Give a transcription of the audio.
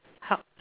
how